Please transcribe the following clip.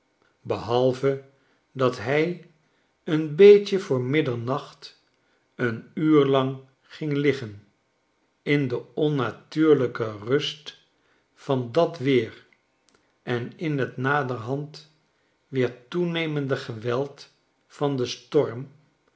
behalve dat hij een beetje voor middernacht een uur lang ging liggen in de onnatuurlijke rust van dat weer en in t naderhand weer toenemende geweld van den storm